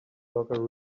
locker